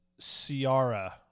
Ciara